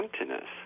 emptiness